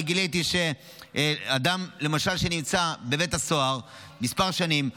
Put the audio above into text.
אני גיליתי שאדם שנמצא בבית הסוהר כמה שנים,